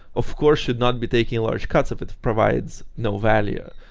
of course, should not be taking large cuts if it provides no value.